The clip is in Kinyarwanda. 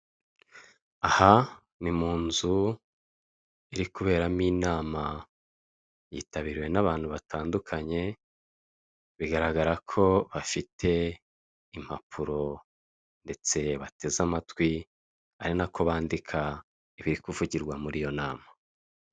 Aha ni munzu iri kuberamo inama yitabiriwe n'abantu batandukanye bigaragara ko bafite impapuro ndetse baranandika bateze amatwi ibiri kuvugirwa muri iyo nama.